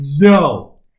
No